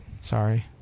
Sorry